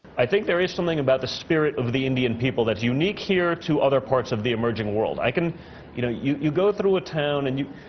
i think there is something about the spirit of the indian people that's unique here to other parts of the emerging world. i can you know, you you go through a town, and you,